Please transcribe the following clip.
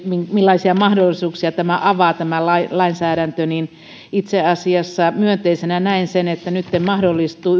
millaisia mahdollisuuksia tämä lainsäädäntö avaa ja itse asiassa myönteisenä näen sen että nytten mahdollistuu